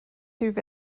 through